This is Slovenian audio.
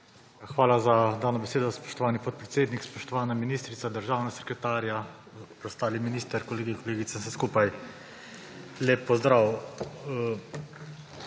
Hvala za dano besedo, spoštovani podpredsednik. Spoštovani ministrica, državna sekretarja, preostali minister, kolegi in kolegice, vsi skupaj, lep pozdrav!